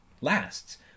lasts